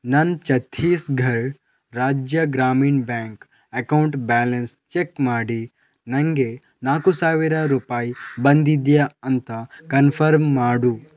ನನ್ನ Chhattisgarh Rajya Gramin bank account balance check ಮಾಡಿ ನನಗೆ ನಾಲ್ಕು ಸಾವಿರ ರೂಪಾಯಿ ಬಂದಿದೆಯಾ ಅಂತ ಕನ್ಫರ್ಮ್ ಮಾಡು